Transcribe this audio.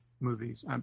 movies